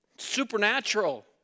supernatural